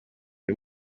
iyo